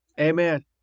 Amen